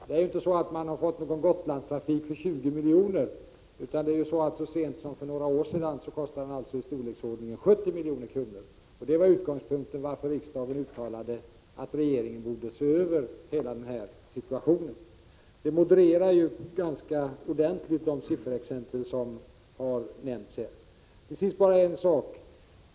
Man får inte någon Gotlandstrafik för 20 milj.kr., utan så sent som för några år sedan kostade denna trafik i storleksordningen 70 milj.kr. Det var utgångspunkten för riksdagen när man uttalade att regeringen borde se över hela den här situationen. Dessa uppgifter modererar ganska ordentligt de sifferexempel som nämnts i debatten.